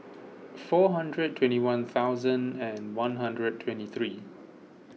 four hundred and twenty one thousand and one hundred and twenty three